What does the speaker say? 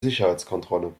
sicherheitskontrolle